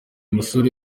musore